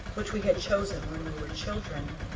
which we had chosen when we were children.